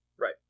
right